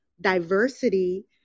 diversity